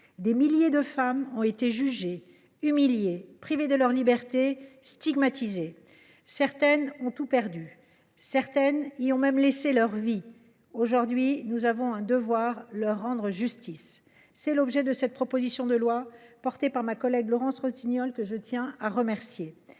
Des milliers de femmes ont été jugées, humiliées, privées de leur liberté, stigmatisées. Certaines ont tout perdu. D’autres y ont laissé leur vie. Aujourd’hui, nous avons un devoir : leur rendre justice. Tel est l’objet de cette proposition de loi, portée par ma collègue Laurence Rossignol, que je tiens à remercier.